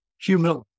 humility